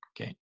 Okay